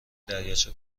دریاچه